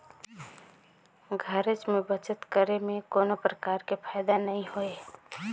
घरेच में बचत करे में कोनो परकार के फायदा नइ होय